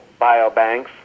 biobanks